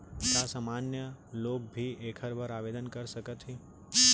का सामान्य लोग भी एखर बर आवदेन कर सकत हे?